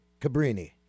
Cabrini